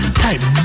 type